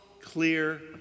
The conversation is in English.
clear